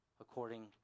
according